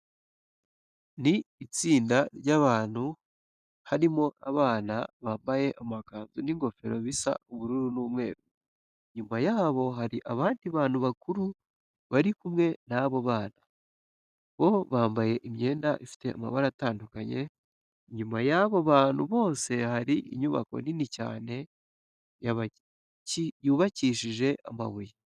Ni itsinda ry'abantu harimo abana bambaye amakanzu n'ingofero bisa ubururu n'umweru. Inyuma yabo hari abandi bantu bakuru bari kumwe n'abo bana, bo bambaye imyenda ifite amabara atandukanye. Inyuma y'abo bantu bose hari inyubako nini cyane yubakishije amabuye.